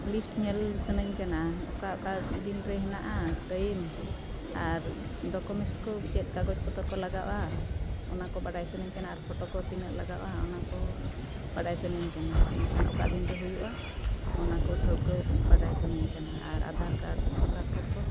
list ᱧᱮᱞ ᱥᱟᱱᱟᱧ ᱠᱟᱱᱟ ᱚᱠᱟ ᱚᱠᱟ ᱫᱤᱱ ᱨᱮ ᱦᱮᱱᱟᱜᱼᱟ ᱴᱟᱭᱤᱢ ᱟᱨ ᱰᱚᱠᱩᱢᱮᱱᱴᱥ ᱠᱚ ᱪᱮᱫ ᱠᱟᱜᱚᱡᱽ ᱯᱚᱛᱨᱚ ᱠᱚ ᱞᱟᱜᱟᱜᱼᱟ ᱚᱱᱟ ᱠᱚ ᱵᱟᱰᱟᱭ ᱥᱟᱱᱟᱧ ᱠᱟᱱᱟ ᱟᱨ ᱯᱷᱚᱴᱳ ᱠᱚ ᱛᱤᱱᱟᱹᱜ ᱞᱟᱜᱟᱜᱼᱟ ᱚᱱᱟ ᱠᱚ ᱵᱟᱰᱟᱭ ᱥᱟᱱᱟᱧ ᱠᱟᱱᱟ ᱤᱱᱟᱹᱠᱷᱟᱱ ᱚᱠᱟ ᱫᱤᱱ ᱨᱮ ᱦᱩᱭᱩᱜᱼᱟ ᱚᱱᱟ ᱠᱚ ᱴᱷᱟᱹᱣᱠᱟᱹ ᱵᱟᱰᱟᱭ ᱥᱟᱱᱟᱧ ᱠᱟᱱᱟ ᱟᱨ ᱟᱫᱷᱟᱨ ᱠᱟᱨᱰ ᱵᱷᱳᱴᱟᱨ ᱠᱟᱨᱰ ᱠᱚ